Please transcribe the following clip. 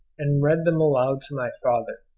and read them aloud to my father,